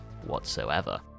Whatsoever